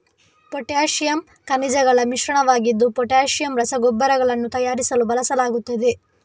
potassium ಖನಿಜಗಳ ಮಿಶ್ರಣವಾಗಿದ್ದು potassium ರಸಗೊಬ್ಬರಗಳನ್ನು ತಯಾರಿಸಲು ಬಳಸಲಾಗುತ್ತದೆ